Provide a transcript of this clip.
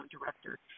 director